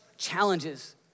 Challenges